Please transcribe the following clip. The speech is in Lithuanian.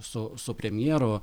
su su premjeru